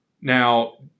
Now